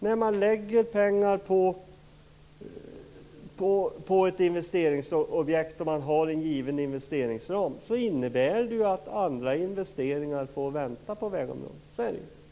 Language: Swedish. När man avsätter pengar för ett investeringsobjekt och har en given investeringsram, innebär det att andra investeringar på vägområdet får vänta.